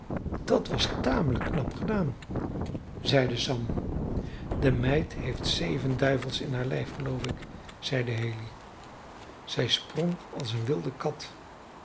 dat was tamelijk knap gedaan zeide sam de meid heeft zeven duivels in het lijf geloof ik zeide haley zij sprong als een wilde kat